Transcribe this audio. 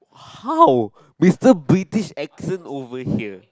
how Mister British accent over here